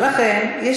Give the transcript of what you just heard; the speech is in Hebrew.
לוועדה, אמת.